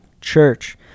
church